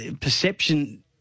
perception